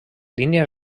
línies